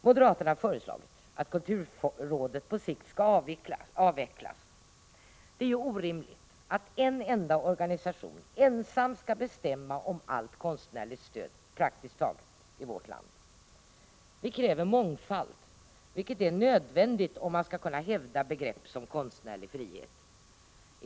Moderaterna har föreslagit att kulturrådet på sikt skall avvecklas. Det är orimligt att en enda organisation ensam skall bestämma om praktiskt taget allt konstnärligt stöd i vårt land. Vi kräver mångfald, vilket är nödvändigt om man skall kunna hävda begrepp som konstnärlig frihet.